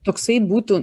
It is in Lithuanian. toksai būtų